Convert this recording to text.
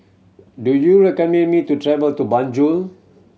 do you recommend me to travel to Banjul